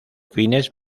fines